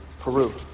Peru